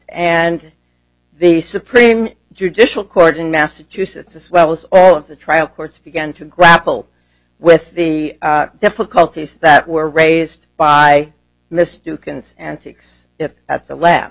and the supreme judicial court in massachusetts as well as all of the trial courts began to grapple with the difficulties that were raised by mr duke and antics if at the la